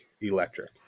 electric